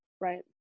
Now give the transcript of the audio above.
Right